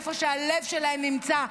איפה שהלב שלהן נמצא,